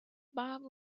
bob